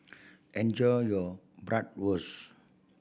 enjoy your Bratwurst